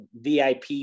vip